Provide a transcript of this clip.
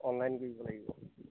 online কৰিব লাগিব